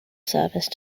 service